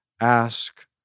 Ask